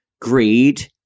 greed